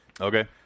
Okay